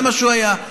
זה מה שהוא היה,